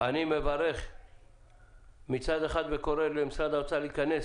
אני מצד אחד מברך וקורא למשרד האוצר להיכנס